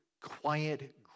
quiet